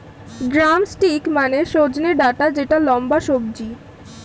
drumstick মানে সজনে ডাটা যেটা লম্বা সবজি